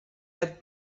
had